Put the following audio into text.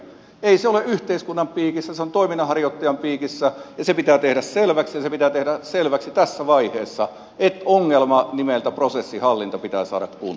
ei se ole yhteiskunnan piikissä se on toiminnanharjoittajan piikissä ja se pitää tehdä selväksi ja pitää tehdä selväksi tässä vaiheessa että ongelma nimeltä prosessinhallinta pitää saada kuntoon